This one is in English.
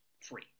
free